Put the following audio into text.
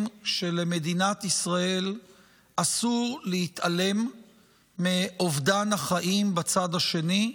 שלמדינת ישראל אסור להתעלם מאובדן החיים בצד השני,